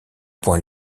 point